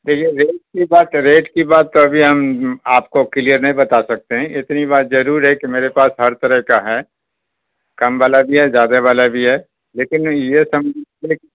دیکھیے ریٹ کی بات ریٹ کی بات تو ابھی ہم آپ کو کلیئر نہیں بتا سکتے ہیں اتنی بات ضرور ہے کہ میرے پاس ہر طرح کا ہے کم والا بھی ہے زیادہ والا بھی ہے لیکن نہیں یہ سمجھیے